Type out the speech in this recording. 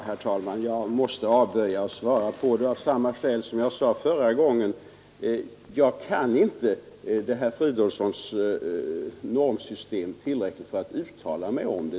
Herr talman! Jag måste avböja att svara på herr Fridolfssons i Stockholm fråga av samma skäl som jag nämnde förra gången. Jag känner inte till herr Fridolfssons normsystem tillräckligt för att uttala mig om det.